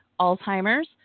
Alzheimer's